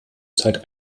zeit